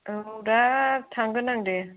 औ दा थांगोन आं दे